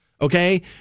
Okay